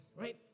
right